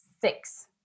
six